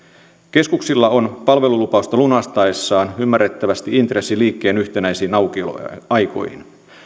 keskuksilla on palvelulupausta lunastaessaan ymmärrettävästi intressi liikkeen yhtenäisiin aukioloaikoihin